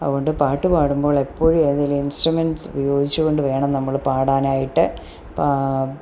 അതു കൊണ്ട് പാട്ടു പാടുമ്പോൾ എപ്പോഴും ഏതെങ്കിലും ഇൻസ്ട്രുമെൻസ് ഉപയോഗിച്ചു കൊണ്ടു വേണം നമ്മൾ പാടാനായിട്ട് പാ